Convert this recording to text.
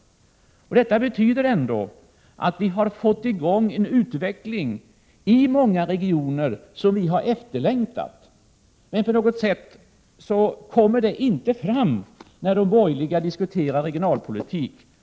Det betyder ändå att vi har fått i gång en utveckling i många regioner som vi efterlängtat. Men på något sätt kommer det inte fram när de borgerliga diskuterar regionalpolitik.